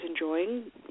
enjoying